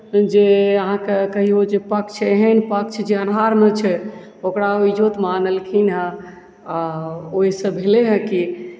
जे अहाँके कहियौ जे पक्ष एहन पक्ष जे अन्हारमे छै ओकरा ओ इजोतमे अनलखिन हेँ आओर ओहिसँ भेलै हेँ कि